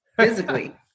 physically